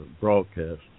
broadcast